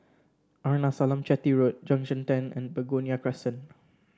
Arnasalam Chetty Road Junction Ten and Begonia Crescent